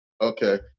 Okay